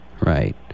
Right